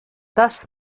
das